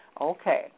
Okay